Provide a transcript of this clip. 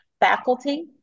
faculty